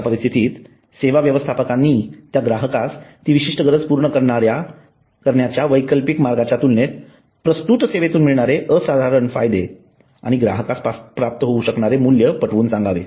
अश्या परिस्थितीत सेवा व्यवस्थापकांनी त्या ग्राहकास ती विशिष्ट गरज पूर्ण करण्याच्या वैकल्पिक मार्गांच्या तुलनेत प्रस्तुत सेवेतून मिळणारे असाधारण फायदे आणि ग्राहकास प्राप्त होवू शकणारे मूल्य पटवून सांगावे